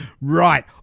Right